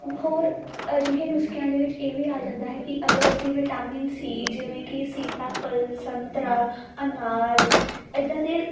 ਹੋਰ ਅਜਿਹੇ ਨੁਸਕਿਆਂ ਦੇ ਵਿੱਚ ਇਹ ਵੀ ਆ ਜਾਂਦਾ ਹੈ ਕੀ ਅਗਰ ਅਸੀਂ ਵਿਟਾਮਿਨ ਸੀ ਜਿਵੇਂ ਕੀ ਸੀਤਾਫਲ ਸੰਤਰਾ ਅਨਾਰ ਐਦਾਂ ਦੇ